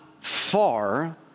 far